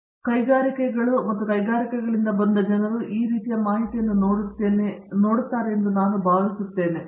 ಪ್ರತಾಪ್ ಹರಿಡೋಸ್ ಕೈಗಾರಿಕೆಗಳು ಮತ್ತು ಕೈಗಾರಿಕೆಗಳಿಂದ ಬಂದ ಜನರು ಈ ರೀತಿಯ ಮಾಹಿತಿಯನ್ನು ನೋಡುತ್ತಾರೆ ಎಂದು ನಾನು ಭಾವಿಸುತ್ತೇನೆ